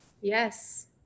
Yes